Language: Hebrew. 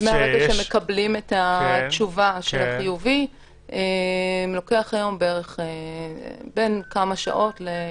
שמקבלים את התשובה של החיובי לוקח היום בין כמה שעות ליממה.